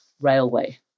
railway